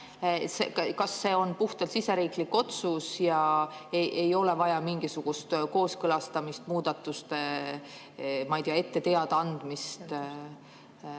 Kas see on puhtalt siseriiklik otsus ja ei ole vaja mingisugust kooskõlastamist, muudatustest teadaandmist?